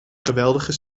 geweldige